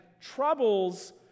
troubles